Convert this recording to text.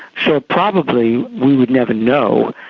so probably we would never know,